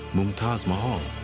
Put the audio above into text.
mumtaz mahal.